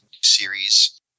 series